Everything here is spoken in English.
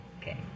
Okay